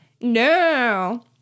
No